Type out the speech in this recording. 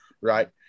right